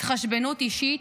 התחשבנות אישית,